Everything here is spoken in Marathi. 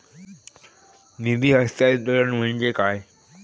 निधी हस्तांतरण म्हणजे काय?